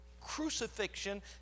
crucifixion